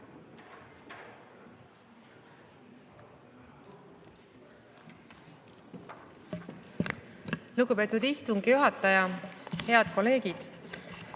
Lugupeetud istungi juhataja! Head kolleegid!